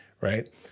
right